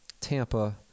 tampa